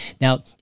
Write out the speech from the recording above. Now